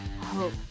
hope